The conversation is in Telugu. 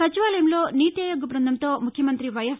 సచివాలయంలో నీతి ఆయోగ్ బ్బందంతో ముఖ్యమంతి వైఎస్